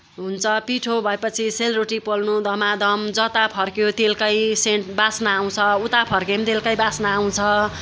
हुन्छ पिठो भए पछि सेलरोटी पोल्नु धमाधम जता फर्क्यो तेलकै सेन्ट बास्ना आउँछ उता फर्के नि तेलकै बास्ना आउँछ